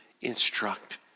instruct